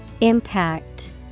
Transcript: Impact